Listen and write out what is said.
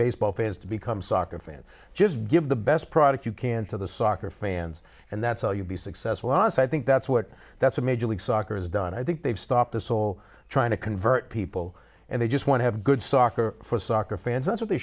baseball fans to become soccer fans just give the best product you can to the soccer fans and that's all you'll be successful os i think that's what that's a major league soccer has done i think they've stopped us all trying to convert people and they just want to have good soccer for soccer fans that's what they